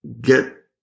get